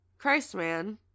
Christman